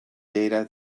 data